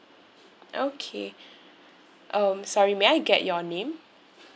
okay um sorry may I get your name